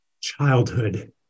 childhood